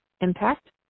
impact